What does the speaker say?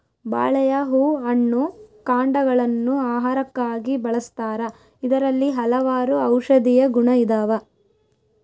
ಬಾಳೆಯ ಹೂ ಹಣ್ಣು ಕಾಂಡಗ ಳನ್ನು ಆಹಾರಕ್ಕಾಗಿ ಬಳಸ್ತಾರ ಇದರಲ್ಲಿ ಹಲವಾರು ಔಷದಿಯ ಗುಣ ಇದಾವ